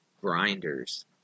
grinders